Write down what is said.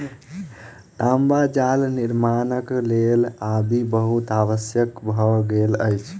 तांबा जाल निर्माणक लेल आबि बहुत आवश्यक भ गेल अछि